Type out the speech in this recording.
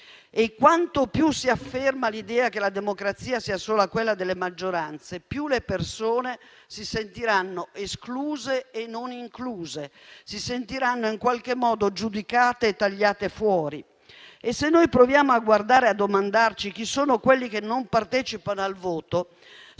e quanto più si afferma l'idea che la democrazia sia solo quella delle maggioranze, più le persone si sentiranno escluse e non incluse, si sentiranno in qualche modo giudicate e tagliate fuori. E se noi proviamo a guardare e a domandarci chi sono quelli che non partecipano al voto,